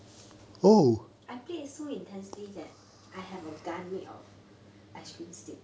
I played so intensely that I have a gun made of ice cream stick